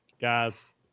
guys